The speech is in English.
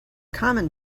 common